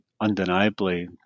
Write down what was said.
undeniably